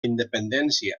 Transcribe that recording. independència